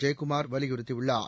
ஜெயக்குமார் வலியுறுத்தியுள்ளார்